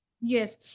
Yes